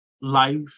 life